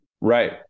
Right